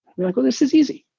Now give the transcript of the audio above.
they're like, well, this is easy.